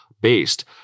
based